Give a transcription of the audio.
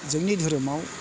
जोंनि धोरोमआव